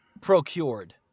Procured